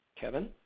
Kevin